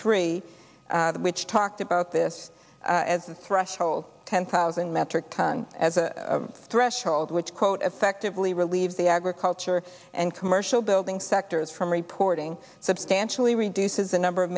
three which talked about this as a threshold ten thousand metric tons as a threshold which quote effectively relieve the agriculture and commercial building sectors from reporting substantially reduces the number of